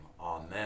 Amen